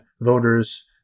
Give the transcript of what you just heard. voters